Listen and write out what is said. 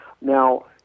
Now